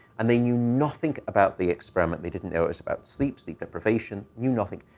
and they knew nothing about the experiment. they didn't know it's about sleep, sleep deprivation, knew nothing.